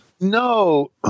No